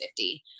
50